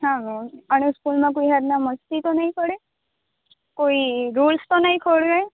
હા મેમ અને સ્કૂલમાં કોઈ જાતના મસ્તી તો નહી કરે કોઈ રુલ્સ તો નહી ખોરવે